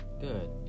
good